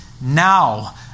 now